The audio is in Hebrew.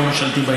לא ממשלתי,